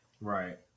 Right